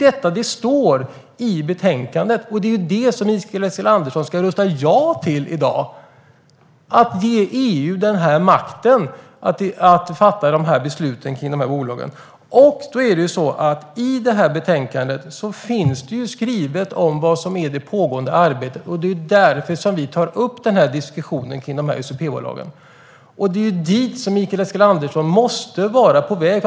Det står i betänkandet att EU ska ges makten att fatta dessa beslut i fråga om dessa bolag, och det är vad Mikael Eskilandersson ska rösta ja till i dag. I betänkandet finns skrivningar om det pågående arbetet. Det är därför som vi tar upp diskussionen om SUP-bolagen. Det är dit Mikael Eskilandersson måste vara på väg.